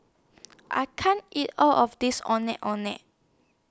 I can't eat All of This Ondeh Ondeh